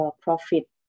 profit